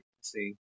see